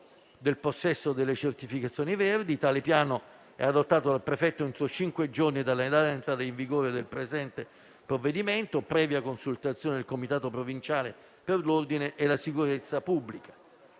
del possesso delle certificazioni verdi. Tale piano è adottato dal prefetto entro cinque giorni dalla data di entrata in vigore del presente provvedimento, previa consultazione del comitato provinciale per l'ordine e la sicurezza pubblica.